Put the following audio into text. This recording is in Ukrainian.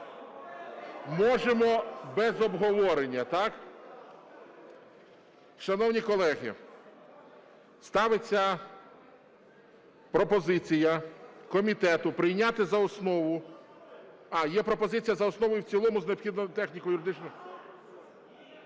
Можемо без обговорення, так? Шановні колеги, ставиться пропозиція комітету прийняти за основу… А, є пропозиція за основу і в цілому з необхідними техніко-юридичними.